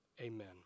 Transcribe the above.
Amen